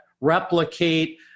replicate